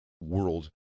world